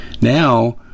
Now